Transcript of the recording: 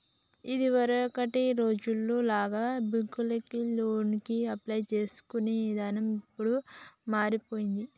ఇదివరకటి రోజుల్లో లాగా బ్యేంకుకెళ్లి లోనుకి అప్లై చేసుకునే ఇదానం ఇప్పుడు మారిపొయ్యినాది